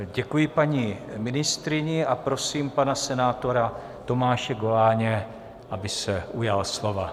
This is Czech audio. Děkuji paní ministryni a prosím pana senátora Tomáše Goláně, aby se ujal slova.